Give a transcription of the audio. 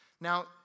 Now